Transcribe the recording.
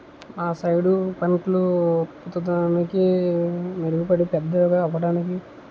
మా సైడు పంటలు దానికి మెరుగుపడి పెద్దగా అవడానికి